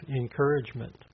encouragement